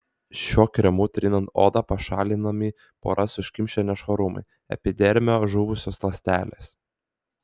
šiuo kremu trinant odą pašalinami poras užkimšę nešvarumai epidermio žuvusios ląstelės